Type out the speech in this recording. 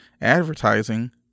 advertising